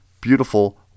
beautiful